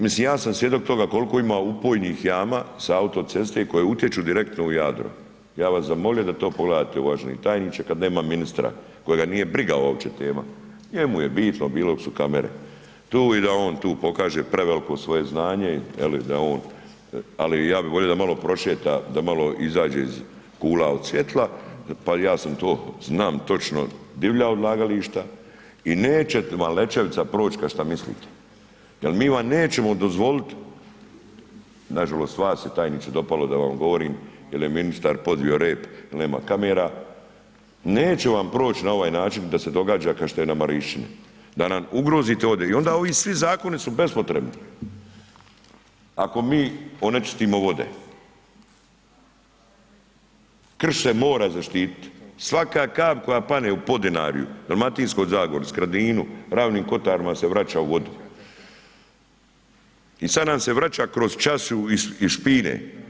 Mislim ja sam svjedok tome kolko ima upojnih jama sa autoceste koje utječu direktno u Jadro, ja bih vas zamolio da to pogledate uvaženi tajniče kad nema ministra kojega nije briga uopće tema, njemu je bitno bilo su kamere tu i da on tu pokaže preveliko svoje znanje je li da on, ali ja bi volio da malo prošeta, da malo izađe iz kula od svjetla, pa ja sam to, znam točno divlja odlagališta i neće vam Lećevica proć ka šta mislite jel mi vam nećemo dozvolit, nažalost vas je tajniče dopalo da vam govorim jel je ministar podvio rep jel nema kamera, neće vam proć na ovaj način da se događa ka šta je na Marišćini, da nam ugrozite vode i onda ovi svi zakoni su bespotrebni ako mi onečistimo vode, krše, mora zaštitit, svaka kap koja pane u Podinarju, Dalmatinskoj zagori, Skradinu, Ravnim Kotarima se vraća u vodu i sad nam se vraća kroz čašu iz špine.